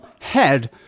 head